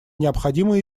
необходимо